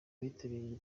bitabiriye